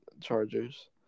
Chargers